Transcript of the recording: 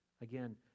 Again